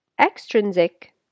extrinsic